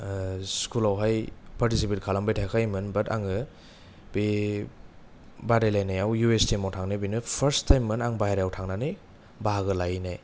स्कुलाव हाय फार्टिसिपेट खालामबाय थाखायोमोन बाट आङो बे बादायलायनायाव इउ एस थि एम आव थांनानै बेनो फार्फ थायम मोन आं बायह्रायाव थांनानै बाहागो लाहैनाय